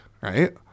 right